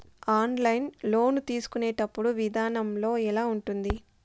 online loan తీసుకునేటప్పుడు విధానం ఎలా ఉంటుంది